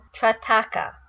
trataka